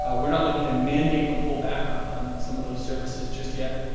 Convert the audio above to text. ah we're not looking to mandate a pullback on on some of those services just yet.